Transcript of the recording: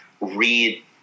read